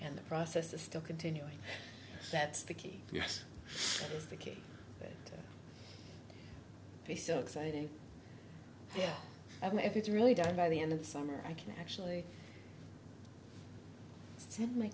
and the process is still continuing that's the case yes they still exciting yeah i mean if it's really done by the end of the summer i can actually my